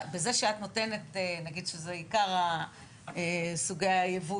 וזה שאת נותנת נגיד שזה עיקר סוגי היבוא